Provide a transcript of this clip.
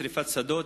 שרפת שדות,